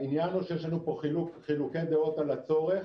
העניין הוא שיש לנו פה חילוקי דעות על הצורך,